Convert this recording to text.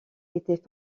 étaient